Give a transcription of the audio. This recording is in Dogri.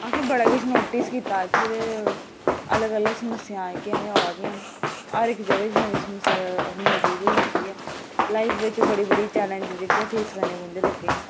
असें बड़ा किश नोटिस कीता ते अलग अलग समस्या ना जेह्किया ओह् अबा दियां ना हर इक जगह च नंमी समस्या आपू मजूद होई जंदी ऐ लाइफ बिच बड़े बड़े चेलेंज जेहके फेस करने पोंदे लोकें गी